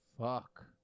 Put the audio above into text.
Fuck